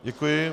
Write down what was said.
Děkuji.